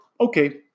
okay